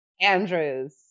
Andrews